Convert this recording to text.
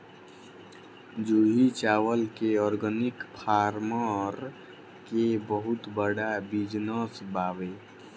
जूही चावला के organic farm के बहुते बड़ बिजनस बावे